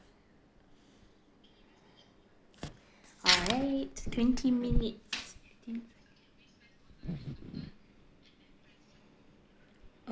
alright twenty minutes